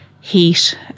heat